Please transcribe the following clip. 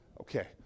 Okay